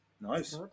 Nice